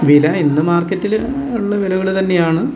വില ഇന്ന് മാർക്കറ്റില് ഉള്ള വിലകള് തന്നെയാണ്